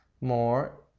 more